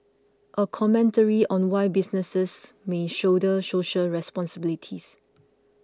a commentary on why businesses may shoulder social responsibilities